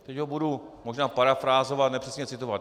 Teď ho budu možná parafrázovat, ne přesně citovat.